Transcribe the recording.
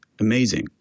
amazing